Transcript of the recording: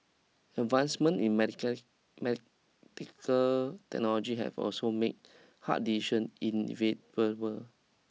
advancements in medical technology have also made hard decision inevitable